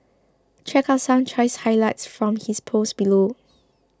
check out some choice highlights from his post below